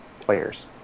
Players